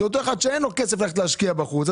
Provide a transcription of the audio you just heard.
זה אותו אחד שאין לו כסף להשקיע בחוץ.